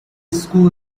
school